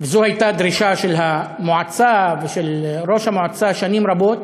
וזו הייתה דרישה של המועצה ושל ראש המועצה שנים רבות,